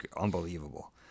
unbelievable